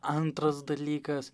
antras dalykas